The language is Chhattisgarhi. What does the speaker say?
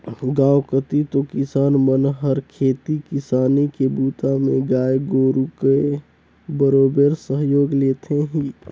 गांव कति तो किसान मन हर खेती किसानी के बूता में गाय गोरु के बरोबेर सहयोग लेथें ही